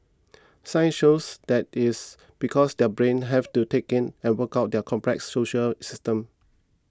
science shows that is because their brains have to take in and work out their very complex social systems